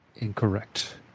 Incorrect